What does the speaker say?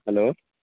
hello